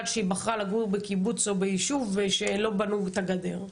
שהיא בחרה לגור בקיבוץ או ביישוב ולא בנו את הגדר.